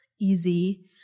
easy